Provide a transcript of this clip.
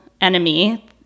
enemy